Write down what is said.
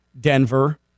Denver